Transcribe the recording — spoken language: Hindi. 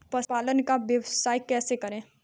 पशुपालन का व्यवसाय कैसे करें?